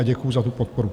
Děkuju za tu podporu.